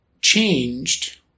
changed